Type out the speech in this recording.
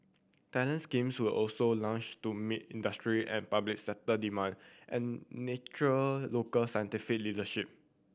talent schemes were also launched to meet industry and public sector demand and natural local scientific leadership